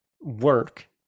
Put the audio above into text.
work